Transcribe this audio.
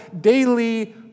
daily